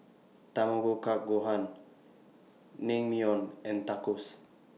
Tamago Kake Gohan Naengmyeon and Tacos